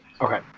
okay